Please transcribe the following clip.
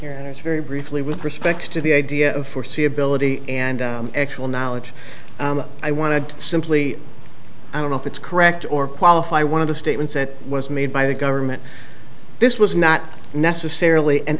is very briefly with respect to the idea of foreseeability and actual knowledge i want to simply i don't know if it's correct or qualify one of the statements that was made by the government this was not necessarily an